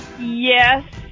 Yes